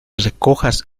recojas